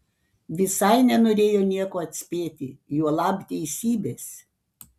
visai nenorėjo nieko atspėti juolab teisybės